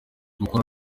gukora